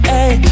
Hey